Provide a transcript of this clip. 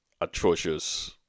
atrocious